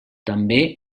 també